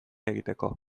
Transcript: egiteko